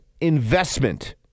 investment –